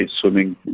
swimming